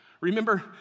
Remember